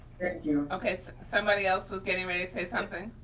thank you. okay, somebody else was getting ready to say something.